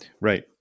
Right